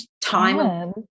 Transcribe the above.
time